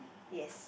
yes